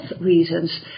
reasons